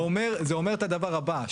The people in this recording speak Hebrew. זה אומר את הדבר הבא,